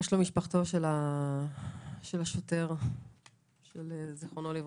מה שלום משפחתו של השוטר אמיר חורי זכרונו לברכה,